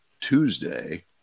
Tuesday